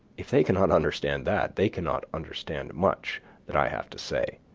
if they cannot understand that, they cannot understand much that i have to say.